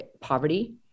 poverty